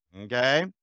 Okay